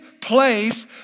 place